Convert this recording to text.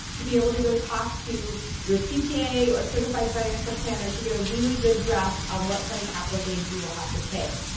to be able to go talk to your cpa or certified financial planner to get a really good grasp on what kind of capital gains you will have to pay.